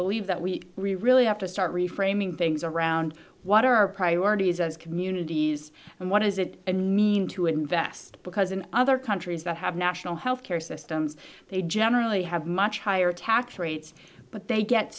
believe that we really have to start reframing things around what are our priorities as communities and what is it and mean to invest because in other countries that have national health care system they generally have much higher tax rates but they get